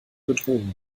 bedrohung